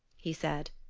he said.